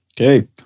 Okay